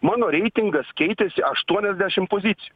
mano reitingas keitėsi aštuoniasdešimt pozicijų